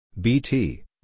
BT